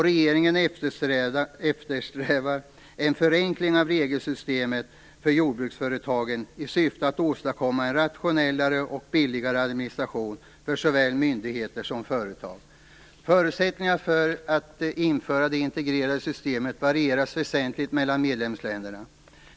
Regeringen eftersträvar en förenkling av regelsystemet för jordbruksföretagen i syfte att åstadkomma en rationellare och billigare administration för såväl myndigheter som företag. Förutsättningarna för att införa det integrerade systemet varierar väsentligt mellan medlemsländerna.